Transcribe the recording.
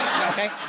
Okay